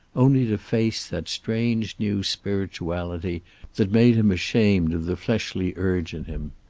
only to face that strange new spirituality that made him ashamed of the fleshly urge in him.